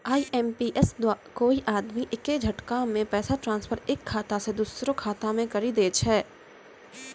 IMPS द्वारा कोय आदमी एक्के झटकामे पैसा ट्रांसफर एक खाता से दुसरो खाता मे करी दै छै